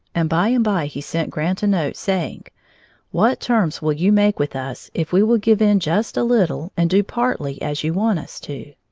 and by and by he sent grant a note saying what terms will you make with us if we will give in just a little and do partly as you want us to?